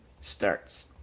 starts